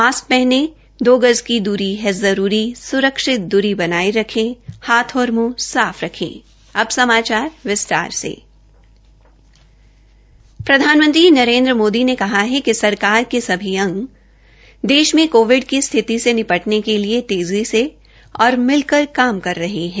mask पहनें दो गज दुरी है जरूरी स्रक्षित दूरी बनाये रखें हाथ और मुंह साफ रखें प्रधानमंत्री नरेन्द्र मोदी ने कहा है कि सरकार के सभी अंग देश मे कोविड की स्थिति से निपटने के लिए तेज़ी से और मिलकर काम कर रहे है